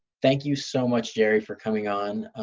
thank you so much, jerry, for coming on,